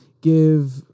give